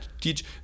teach